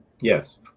yes